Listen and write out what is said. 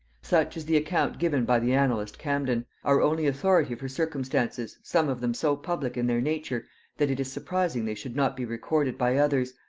such is the account given by the annalist camden our only authority for circumstances some of them so public in their nature that it is surprising they should not be recorded by others,